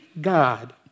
God